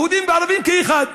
יהודים וערבים כאחד?